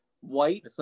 white